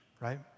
right